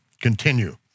Continue